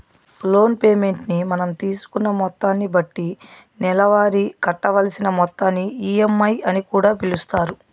loan payment ని మనం తీసుకున్న మొత్తాన్ని బట్టి నెలవారీ కట్టవలసిన మొత్తాన్ని ఈ.ఎం.ఐ అని కూడా పిలుస్తారు